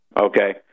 okay